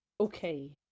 okay